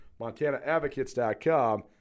MontanaAdvocates.com